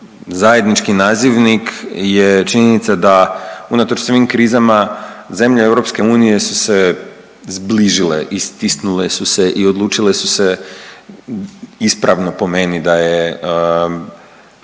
zajednički nazivnik je činjenica da unatoč svim krizama zemlje EU su se zbližile i stisnule su se i odlučile su se ispravno po meni da je